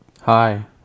Hi